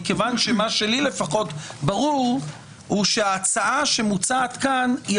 מכיוון שמה שלי לפחות ברור זה שההצעה שמוצעת כאן היא